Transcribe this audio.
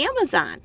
Amazon